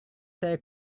saya